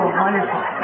wonderful